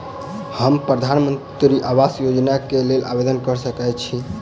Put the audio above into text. हम प्रधानमंत्री आवास योजना केँ लेल आवेदन कऽ सकैत छी?